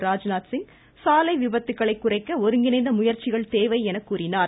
ராஜ்நாத்சிங்சாலை விபத்துகளை குறைக்க ஒருங்கிணைந்த முயற்சிகள் தேவை என கூறினார்